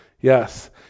yes